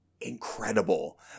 incredible